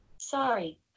Sorry